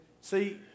see